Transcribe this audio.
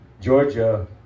Georgia